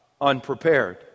unprepared